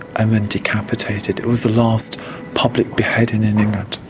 and then decapitated. it was the last public beheading in england.